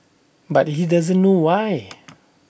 but he doesn't know why